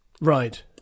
Right